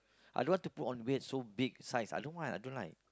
I don't want to put on weight so big size I don't want I don't like